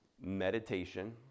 meditation